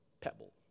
pebble